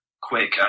quick